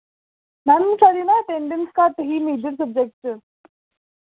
ma'am साढ़ी ना attendance घट्ट ही मेजर सब्जैक्ट च